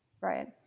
Right